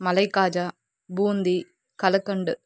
malai kaja boondi kalakand